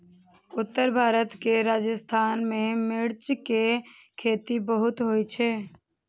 उत्तर भारत के राजस्थान मे मिर्च के खेती बहुत होइ छै